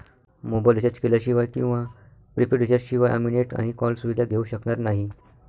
mobile recharge केल्याशिवाय किंवा prepaid recharge शिवाय आम्ही नेट आणि कॉल सुविधा घेऊ शकणार नाही